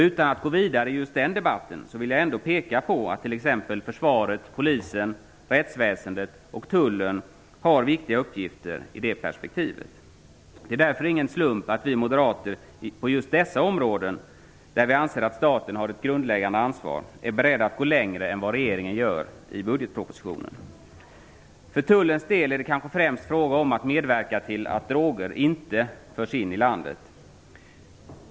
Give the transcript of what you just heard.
Utan att gå vidare i den debatten vill jag ändå peka på att t.ex. försvaret, Polisen, rättsväsendet och Tullen har viktiga uppgifter i det perspektivet. Det är därför ingen slump att vi moderater på just dessa områden, där vi anser staten har ett grundläggande ansvar, är beredda att gå längre än vad regeringen gör i budgetpropositionen. För Tullens del är det kanske främst fråga om att medverka till att droger inte förs in i landet.